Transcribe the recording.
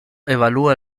evalúa